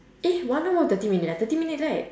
eh one hour or thirty minute ah thirty minutes right